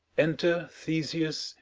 enter theseus,